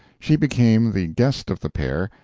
she became the guest of the pair,